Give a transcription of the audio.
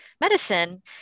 medicine